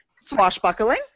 Swashbuckling